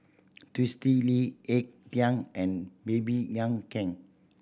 Twisstii Lee Ek Tieng and Baby Yam Keng